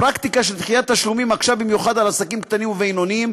הפרקטיקה של דחיית תשלומים מקשה במיוחד על עסקים קטנים ובינוניים,